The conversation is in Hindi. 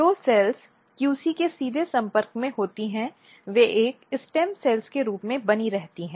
जो सेल्स QC के सीधे संपर्क में होती हैं वे एक स्टेम सेल के रूप में बनी रहती हैं